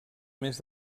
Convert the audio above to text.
més